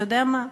אתה יודע מה,